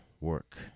work